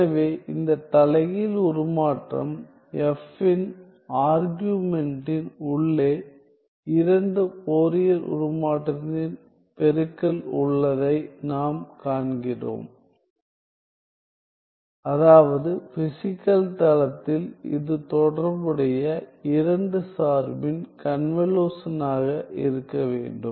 எனவே இந்த தலைகீழ் உருமாற்றம் F இன் ஆர்குமென்டின் உள்ளே இரண்டு ஃபோரியர் உருமாற்றத்தின் பெருக்கல் உள்ளதை நாம் காண்கிறோம் அதாவது பிசிகல் தளத்தில் இது தொடர்புடைய இரண்டு சார்பின் கன்வலுஷனாக இருக்க வேண்டும்